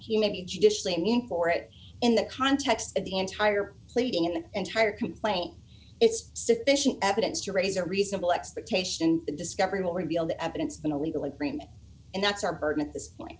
he may be judicially i mean for it in the context of the entire pleading in the entire complaint it's sufficient evidence to raise a reasonable expectation the discovery will reveal the evidence than a legal agreement and that's our burden at this point